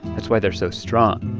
that's why they're so strong.